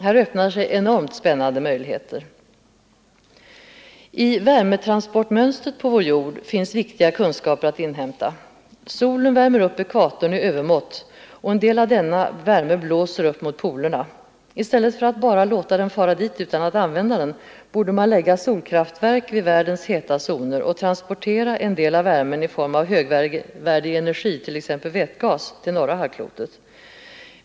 Här öppnar sig enormt spännande möjligheter. I värmetransportmönstret på vår jord finns viktiga kunskaper att inhämta. Solen värmer upp vid ekvatorn i övermått, och en del av denna värme blåser upp mot polerna. I stället för att bara låta den fara dit utan att använda den borde man lägga solkraftverk vid världens heta zoner och transportera en del av värmen i form av högvärdig energi, t.ex. vätgas, till norra halvklotet.